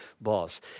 boss